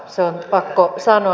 se on pakko sanoa